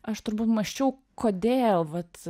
aš turbūt mąsčiau kodėl vat